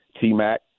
T-Mac